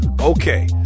Okay